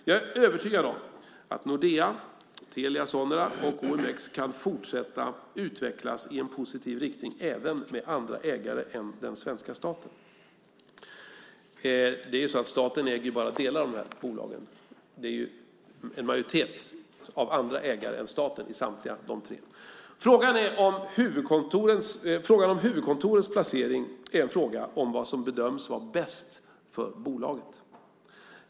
Jag är övertygad om att Nordea, Telia Sonera och OMX kan fortsätta att utvecklas i en positiv riktning även med andra ägare än den svenska staten. Staten äger bara delar av dessa bolag. En majoritet är andra ägare än staten i samtliga tre bolag. Frågan om huvudkontorets placering är en fråga om vad som bedöms vara bäst för bolaget.